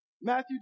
Matthew